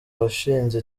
washinze